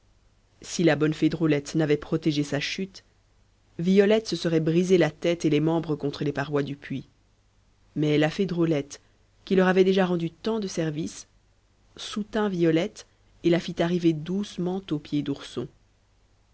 si la bonne fée drôlette n'avait protégé sa chute violette se serait brisé la tête et les membres contre les parois du puits mais la fée drôlette qui leur avait déjà rendu tant de services soutint violette et la fit arriver doucement aux pieds d'ourson